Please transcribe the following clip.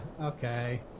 Okay